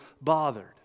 bothered